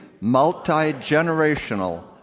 multi-generational